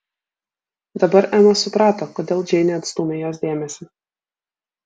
dabar ema suprato kodėl džeinė atstūmė jos dėmesį